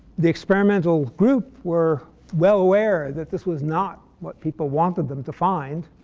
the experimental group were well aware that this was not what people wanted them to find.